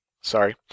sorry